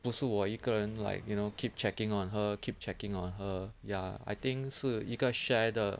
不是我一个人 like you know keep checking on her keep checking on her ya I think 是一个 share 的